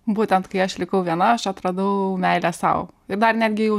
būtent kai aš likau viena aš atradau meilę sau ir dar net gi jau